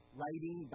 writing